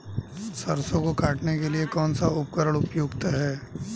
सरसों को काटने के लिये कौन सा उपकरण उपयुक्त है?